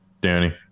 Danny